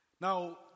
Now